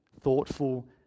thoughtful